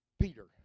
Peter